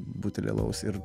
butelį alaus ir